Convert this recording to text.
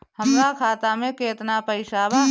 हमरा खाता में केतना पइसा बा?